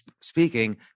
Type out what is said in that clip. speaking